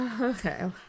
okay